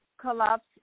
collapse